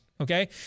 Okay